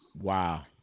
Wow